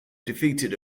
defeated